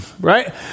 right